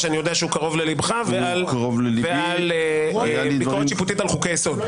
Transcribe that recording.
שאני יודע שהוא קרוב לליבך ועל ביקורת שיפוטית על חוקי יסוד,